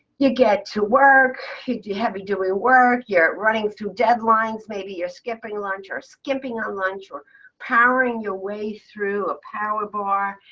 you get to work. you have heavy doing work. you're running through deadlines. maybe you're skipping lunch or skipping a lunch or powering your way through a power bar.